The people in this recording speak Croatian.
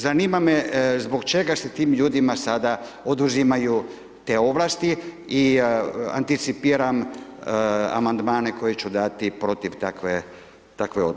Zanima me zbog čega se tim ljudima sada oduzimaju te ovlasti i anticipiram Amandmane koje ću dati protiv takve odluke.